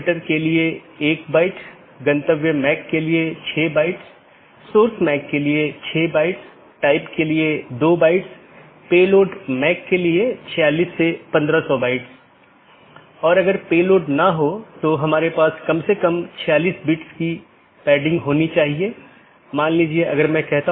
तो इसके लिए कुछ आंतरिक मार्ग प्रोटोकॉल होना चाहिए जो ऑटॉनमस सिस्टम के भीतर इस बात का ध्यान रखेगा और एक बाहरी प्रोटोकॉल होना चाहिए जो इन चीजों के पार जाता है